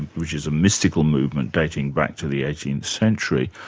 which is a mystical movement dating back to the eighteenth century.